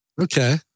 Okay